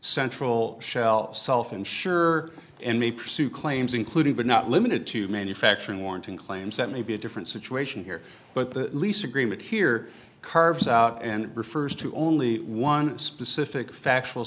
central shell self insure and may pursue claims including but not limited to manufacturing warranty claims that may be a different situation here but the lease agreement here curves out and refers to only one specific factual